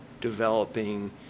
developing